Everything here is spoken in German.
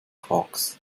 quarks